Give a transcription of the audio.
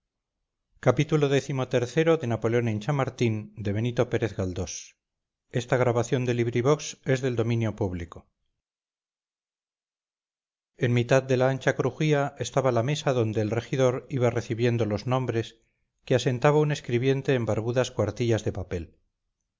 xxvii xxviii xxix napoleón en chamartín de benito pérez galdós en mitad de la ancha crujía estaba la mesa donde el regidor iba recibiendo los nombres que asentaba un escribiente en barbudas cuartillas de papel